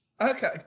okay